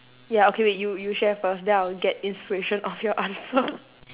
ya okay wait you you share first then I'll get inspiration of your answer